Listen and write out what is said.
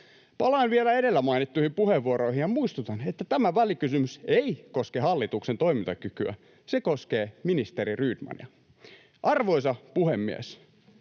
Palaan vielä edellä mainittuihin puheenvuoroihin ja muistutan, että tämä välikysymys ei koske hallituksen toimintakykyä, se koskee ministeri Rydmania. Arvoisa puhemies!